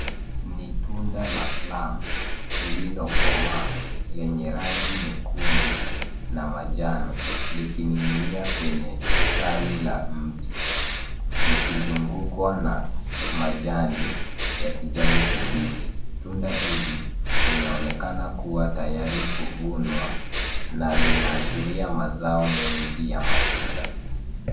Nitunda la plam lililo komaa lenye rangi nyekundu na manjano, likininginia kwenye tawi la mti. Likizungukwa na majani ya kijani kibichi. Tunda hili linaonekana kuwa tayari kuvunwa na linaashiria mazao mengi ya matunda.